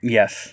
Yes